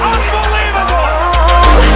Unbelievable